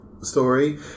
story